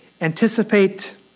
anticipate